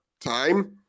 time